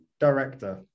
director